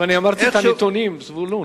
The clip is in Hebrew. איכשהו, אבל אני הצגתי את הנתונים, זבולון.